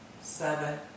seven